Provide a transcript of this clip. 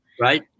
Right